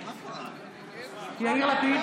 בעד יאיר לפיד,